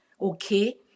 okay